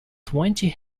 twenty